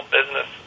Business